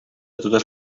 totes